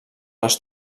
les